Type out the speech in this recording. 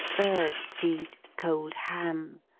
bird-seed, cold ham,